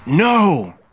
No